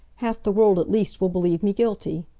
half the world at least will believe me guilty.